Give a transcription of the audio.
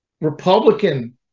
Republican